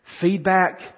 feedback